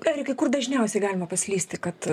erikai kur dažniausiai galima paslysti kad